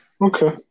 Okay